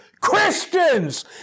Christians